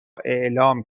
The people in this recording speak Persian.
اعلام